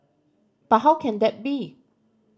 but how can that be